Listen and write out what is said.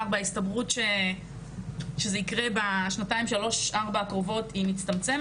ההסתברות שזה יקרה בשנתיים-שלוש-ארבע הקרובות מצטמצמת.